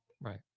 Right